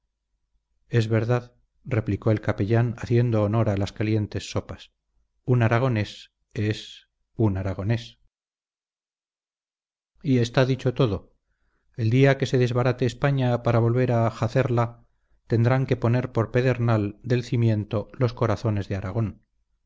es verdad replicó el capellán haciendo honor a las calientes sopas un aragonés es un aragonés y está dicho todo el día que se desbarate españa para volver a jacerla tendrán que poner por pedernal del cimiento los corazones de aragón